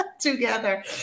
Together